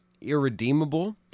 irredeemable